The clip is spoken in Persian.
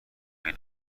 این